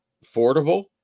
affordable